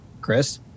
chris